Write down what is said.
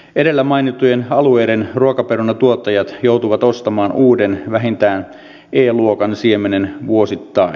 edellä mainittujen alueiden ruokaperunantuottajat joutuvat ostamaan uuden vähintään e luokan siemenen vuosittain